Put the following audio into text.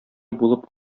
булып